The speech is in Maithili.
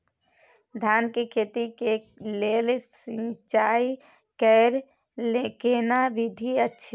धान के खेती के लेल सिंचाई कैर केना विधी अछि?